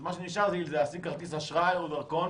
אז מה שנשאר לי זה להשיג כרטיס אשראי או דרכון